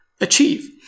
achieve